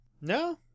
No